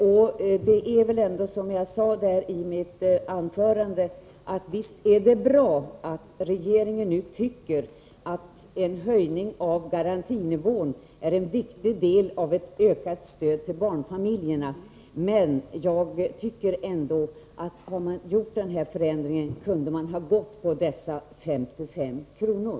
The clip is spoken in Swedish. Visst är det bra, som jag sade i mitt anförande, att regeringen nu tycker att en höjning av garantinivån är en viktig del av ett ökat stöd till barnfamiljerna. Men jag tycker ändå att man när man gör denna förändring kunde ha gått med på dessa 55 kr.